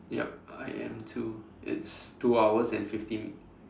yup I am too it's two hours and fifty